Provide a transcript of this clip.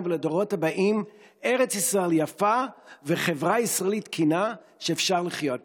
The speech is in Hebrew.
ולדורות הבאים ארץ ישראל יפה וחברה ישראלית תקינה שאפשר לחיות בה.